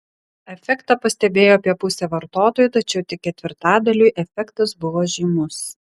efektą pastebėjo apie pusė vartotojų tačiau tik ketvirtadaliui efektas buvo žymus